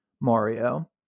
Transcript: Mario